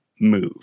move